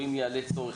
או אם יעלה צורך,